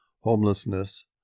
homelessness